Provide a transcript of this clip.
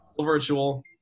virtual